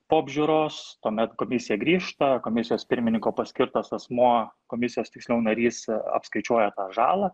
po apžiūros tuomet komisija grįžta komisijos pirmininko paskirtas asmuo komisijos tiksliau narys apskaičiuoja tą žalą